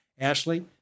Ashley